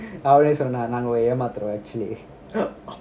அவனேசொன்னான்நாங்கஏமாத்துறோம்:avane sonnan nanga amadhuroom actually oh